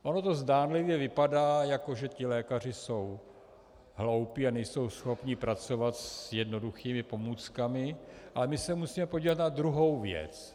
Ono to zdánlivě vypadá, jako že ti lékaři jsou hloupí a nejsou schopni pracovat s jednoduchými pomůckami, ale my se musíme podívat na druhou věc.